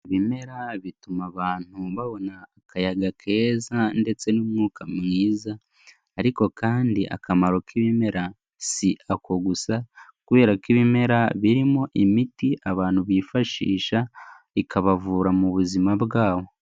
Ibi ibimera bituma abantu babona akayaga keza ndetse n'umwuka mwiza